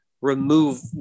remove